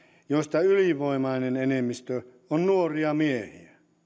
joista ylivoimainen enemmistö on nuoria miehiä